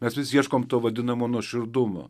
mes ieškom to vadinamo nuoširdumo